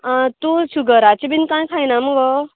आं तूं शुगराचें बीन कांय खायना मुगो